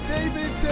David